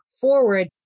forward